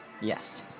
Yes